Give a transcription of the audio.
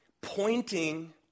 Pointing